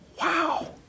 Wow